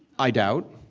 i doubt.